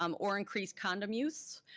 um or increase condom use.